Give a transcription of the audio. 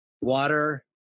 water